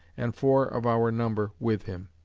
and four of our number with him.